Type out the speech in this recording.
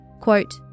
Quote